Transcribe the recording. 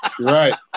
Right